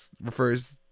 refers